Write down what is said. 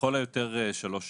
לכל היותר שלוש שנים,